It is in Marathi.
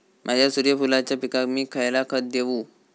माझ्या सूर्यफुलाच्या पिकाक मी खयला खत देवू?